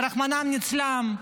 חטופים, רחמנא ליצלן,